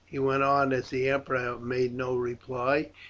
he went on as the emperor made no reply,